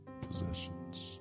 possessions